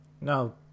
No